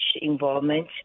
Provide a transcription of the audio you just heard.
involvement